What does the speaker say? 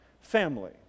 family